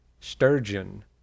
sturgeon